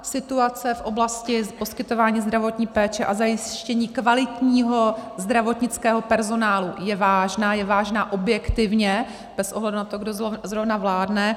Situace v oblasti poskytování zdravotní péče a zajištění kvalitního zdravotnického personálu je vážná, je vážná objektivně bez ohledu na to, kdo zrovna vládne.